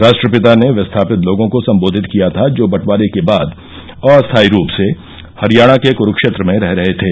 राष्ट्रपिता ने विस्थापित लोगों को संबोधित किया था जो बंटवारे के बाद अस्थायी रूप से हरियाणा के क्रूक्षेत्र में रह रहे थे